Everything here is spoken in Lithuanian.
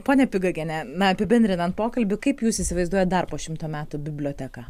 ponia pigagiene na apibendrinant pokalbį kaip jūs įsivaizduojat dar po šimto metų biblioteką